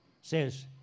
says